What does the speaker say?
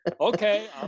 Okay